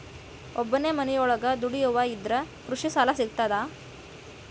ಒಬ್ಬನೇ ಮನಿಯೊಳಗ ದುಡಿಯುವಾ ಇದ್ರ ಕೃಷಿ ಸಾಲಾ ಸಿಗ್ತದಾ?